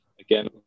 again